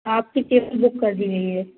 आप की seat book कर दी गई है